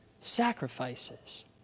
sacrifices